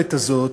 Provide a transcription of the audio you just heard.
המזלזלת הזאת,